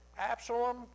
Absalom